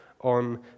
on